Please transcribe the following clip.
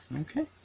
Okay